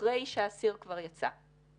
אחרי שהאסיר כבר יצא.